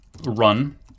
run